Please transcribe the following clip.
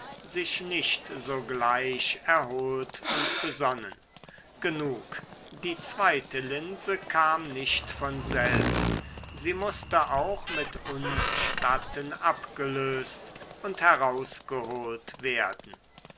sich nicht sogleich erholt und besonnen genug die zweite linse kam nicht von selbst sie mußte auch mit unstatten abgelöst und herausgeholt werden